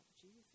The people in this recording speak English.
Jesus